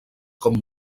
com